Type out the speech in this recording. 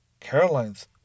Caroline's